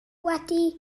wedi